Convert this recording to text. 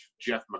Jeff